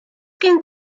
gen